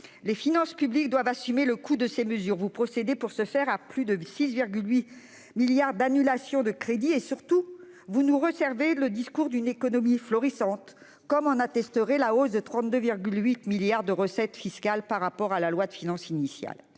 les finances publiques doivent assumer le coût de ces mesures. Vous procédez ainsi, monsieur le ministre, à plus de 6,8 milliards d'euros d'annulations de crédits ; surtout, vous nous resservez le discours d'une économie florissante, comme l'attesterait la hausse de 32,8 milliards d'euros des recettes fiscales par rapport à la loi de finances initiale.